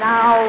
Now